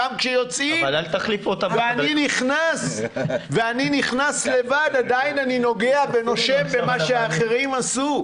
גם כשיוצאים ואני נכנס לבד עדיין אני נושם ונוגע במה שאחרים עשו.